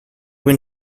went